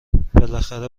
بالاخره